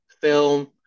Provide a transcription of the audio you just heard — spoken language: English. film